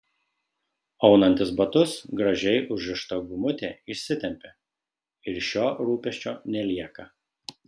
aunantis batus gražiai užrišta gumutė išsitempia ir šio rūpesčio nelieka